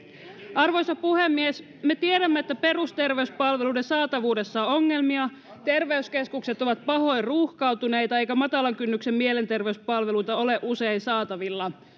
arvoisa puhemies me tiedämme että perusterveyspalveluiden saatavuudessa on ongelmia terveyskeskukset ovat pahoin ruuhkautuneita eikä matalan kynnyksen mielenterveyspalveluita ole usein saatavilla